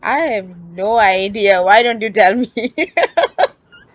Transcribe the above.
I have no idea why don't you tell me